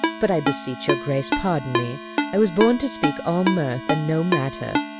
but, i beseech your grace, pardon me i was born to speak all mirth and no matter.